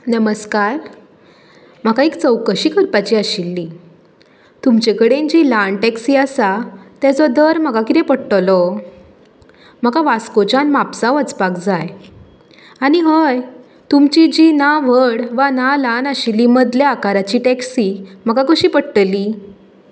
नमस्कार म्हाका एक चवकशी करपाची आशिल्ली तुमचे कडेन जी ल्हान टॅक्सी आसा ताचो दर म्हाका कितें पडटलो म्हाका वास्कोच्यान म्हापसा वचपाक जाय आनी हय तुमची जी ना व्हड ना ल्हान आशिल्ली मदल्या आकाराची टॅक्सी म्हाका कशी पडटली